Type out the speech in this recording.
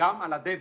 וגם על הדביט,